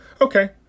okay